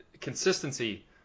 consistency